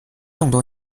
众多